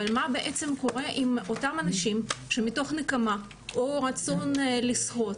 אבל מה קורה עם אותם אנשים שמתוך נקמה או רצון לסחוט,